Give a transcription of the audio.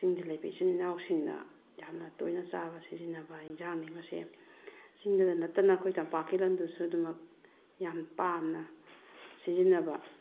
ꯆꯤꯡꯗ ꯂꯩꯕ ꯏꯆꯤꯟ ꯏꯅꯥꯎꯁꯤꯡꯅ ꯌꯥꯝꯅ ꯇꯣꯏꯅ ꯆꯥꯕ ꯁꯤꯖꯟꯅꯕ ꯑꯦꯟꯁꯥꯡꯅꯤ ꯃꯁꯦ ꯆꯤꯡꯗꯗ ꯅꯠꯇꯅ ꯑꯩꯈꯣꯏ ꯇꯝꯄꯥꯛꯀꯤ ꯂꯝꯗꯁꯨ ꯑꯗꯨꯃꯛ ꯌꯥꯝ ꯄꯥꯝꯅ ꯁꯤꯖꯤꯟꯅꯕ